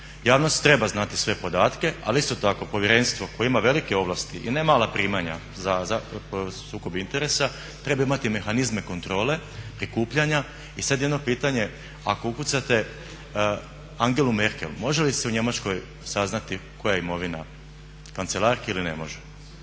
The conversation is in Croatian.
Javnost treba znati sve podatke, ali isto tako Povjerenstvo koje ima velike ovlasti i ne mala primanja za sukob interesa treba imati mehanizme kontrole, prikupljanja. I sad jedno pitanje, ako ukucate Angelu Merkel može li se u Njemačkoj saznati koja je imovina kancelarke ili ne može?